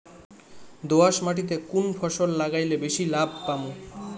দোয়াস মাটিতে কুন ফসল লাগাইলে বেশি লাভ পামু?